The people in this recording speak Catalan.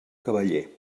cavaller